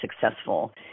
successful